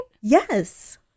yes